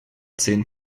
zehn